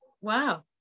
wow